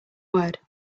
word